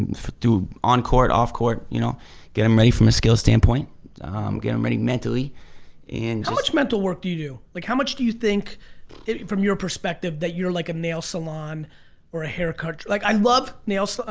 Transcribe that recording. and do on on court, off court you know get him ready from a skill standpoint get em' ready mentally and how much, mental work do you do? like, how much do you think from your perspective that you're like a nail salon or a haircut like i love nails,